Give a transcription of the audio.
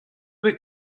bet